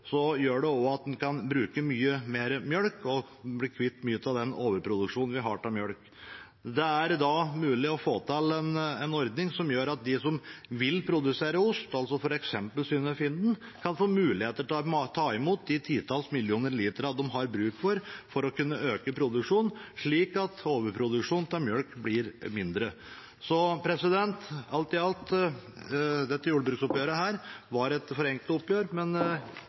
gjør det også at en kan bruke mye mer melk og bli kvitt mye av den overproduksjonen vi har av melk. Det er mulig å få til en ordning som gjør at de som vil produsere ost, f.eks. Synnøve Finden, kan få mulighet til å ta imot de titalls millioner literne de har bruk for for å kunne øke produksjonen, slik at overproduksjonen av melk blir mindre. Alt i alt – dette jordbruksoppgjøret var et forenklet oppgjør, men